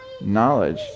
knowledge